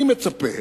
אני מצפה